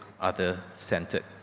other-centered